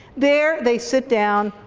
there they sit down,